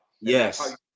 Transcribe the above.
Yes